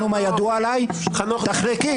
תחלקי.